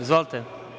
Izvolite.